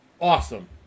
awesome